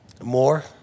more